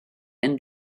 and